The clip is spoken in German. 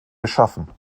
geschaffen